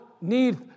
need